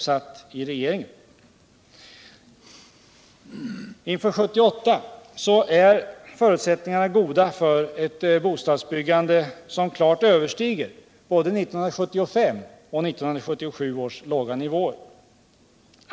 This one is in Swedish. Inför 1978 är förutsättningarna goda för ett bostadsbyggande som klart överstiger 1975 och 1976 års låga nivåer.